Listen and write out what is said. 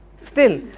still,